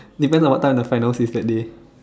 depends on what time the final says that day